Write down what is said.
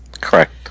Correct